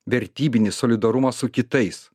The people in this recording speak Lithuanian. vertybinį solidarumą su kitais